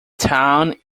town